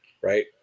right